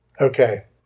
Okay